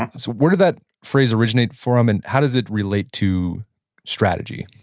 and so where did that phrase originate from and how does it relate to strategy?